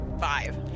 Five